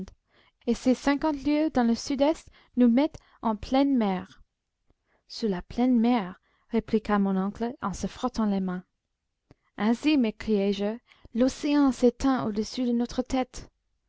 et ces cinquante lieues dans le sud-est nous mettent en pleine mer sous la pleine mer répliqua mon oncle en se frottant les mains ainsi m'écriai-je l'océan s'étend au-dessus de notre tête